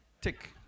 Tick